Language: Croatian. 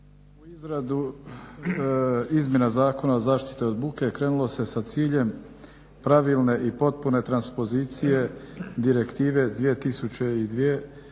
U izradu izmjena Zakona o zaštiti od buke krenulo se sa ciljem pravilne i potpune transpozicije Direktive 202/49